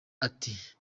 ati